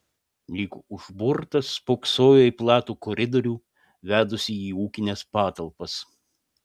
lyg užburtas spoksojo į platų koridorių vedusį į ūkines patalpas